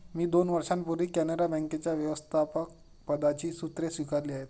मी दोन वर्षांपूर्वी कॅनरा बँकेच्या व्यवस्थापकपदाची सूत्रे स्वीकारली आहेत